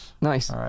Nice